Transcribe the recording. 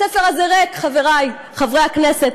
הספר הזה ריק, חברי חברי הכנסת.